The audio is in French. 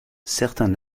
certains